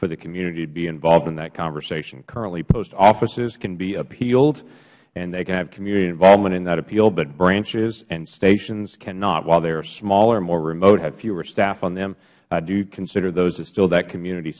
for the community to be involved in that conversation currently post offices can be appealed and they can have community involvement in that appeal but branches and stations cannot while they are smaller and more remote have fewer staff on them i do consider those as still that community